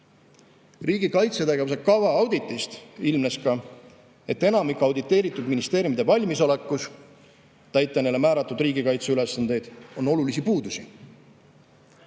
Riigi kaitsetegevuse kava auditist ilmnes ka, et enamiku auditeeritud ministeeriumide valmisolekus täita neile määratud riigikaitseülesandeid on olulisi puudusi.